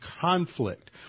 conflict